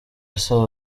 asaba